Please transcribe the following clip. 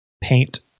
paint